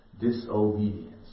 disobedience